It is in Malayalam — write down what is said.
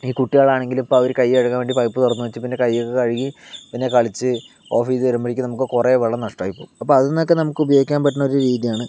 ഈ കുട്ടികളാണെങ്കിലും ഇപ്പോൾ അവർ കൈ കഴുകാൻ വേണ്ടിയിട്ട് പൈപ്പ് തുറന്ന് വെച്ച് പിന്നെ കയ്യൊക്കെ കഴുകി പിന്നെ കളിച്ച് ഓഫ് ചെയ്ത് വരുമ്പോഴേക്കും നമ്മൾക്ക് കുറേ വെള്ളം നഷ്ടമാമായിപ്പോകും അപ്പോൾ അതിൽനിന്നൊക്കെ നമുക്ക് ഉപയോഗിക്കാൻ പറ്റുന്ന ഒരു രീതിയാണ്